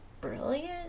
brilliant